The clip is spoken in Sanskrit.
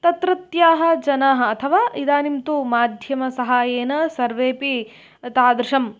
तत्रत्याः जनाः अथवा इदानीं तु माध्यमसहायेन सर्वेपि तादृशं